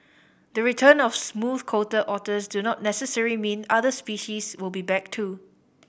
the return of smooth coated otters do not necessary mean other species will be back too